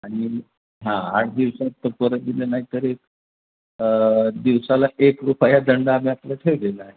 आणि हां आठ दिवसात परत दिलं नाही तर एक दिवसाला एक रुपया दंड आम्ही आपला ठेवलेला आहे